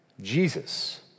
Jesus